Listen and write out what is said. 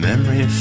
Memory